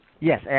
Yes